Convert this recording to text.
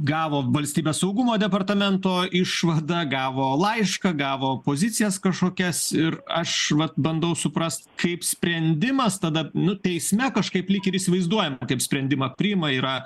gavo valstybės saugumo departamento išvadą gavo laišką gavo pozicijas kažkokias ir aš vat bandau suprast kaip sprendimas tada nu teisme kažkaip lyg ir įsivaizduojam kaip sprendimą priima yra